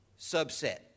subset